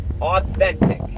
Authentic